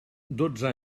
dotze